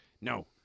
no